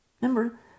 Remember